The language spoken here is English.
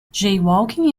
jaywalking